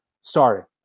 starting